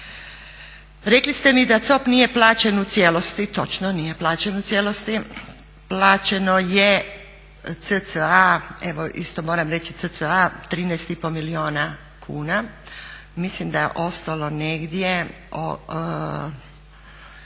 Rekli ste mi da COP nije plaćen u cijelosti. Točno, nije plaćen u cijelosti. Plaćeno je cca evo isto moram reći cca, 13 i pol milijuna kuna. Mislim da je ostalo negdje